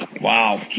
Wow